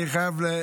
אני חייב להגיד,